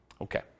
Okay